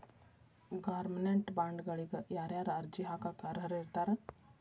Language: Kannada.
ಗೌರ್ಮೆನ್ಟ್ ಬಾಂಡ್ಗಳಿಗ ಯಾರ್ಯಾರ ಅರ್ಜಿ ಹಾಕಾಕ ಅರ್ಹರಿರ್ತಾರ?